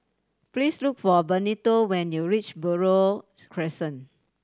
please look for Benito when you reach Buroh Crescent